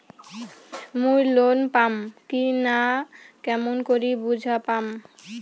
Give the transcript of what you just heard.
মুই লোন পাম কি না কেমন করি বুঝা পাম?